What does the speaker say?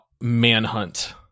Manhunt